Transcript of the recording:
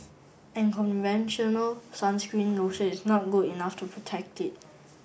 and conventional sunscreen lotion is not good enough to protect it